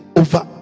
over